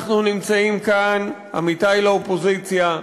אנחנו נמצאים כאן, עמיתי לאופוזיציה,